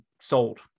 sold